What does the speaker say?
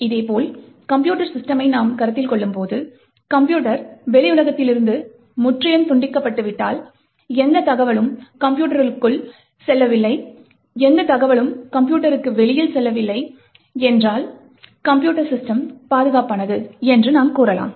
இதேபோல் கம்ப்யூட்டர் சிஸ்டம்மை நாம் கருத்தில் கொள்ளும்போது கம்ப்யூட்டர் வெளி உலகத்திலிருந்து முற்றிலும் துண்டிக்கப்பட்டுவிட்டால் எந்த தகவலும் கம்ப்யூட்டருக்குள் செல்லவில்லை எந்த தகவலும் கம்ப்யூட்டருக்கு வெளியே செல்லவில்லை என்றால் கம்ப்யூட்டர் சிஸ்டம் பாதுகாப்பானது என்று நாம் கூறலாம்